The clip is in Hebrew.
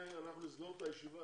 אנחנו נסגור את השידור וההקלטה.